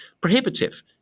prohibitive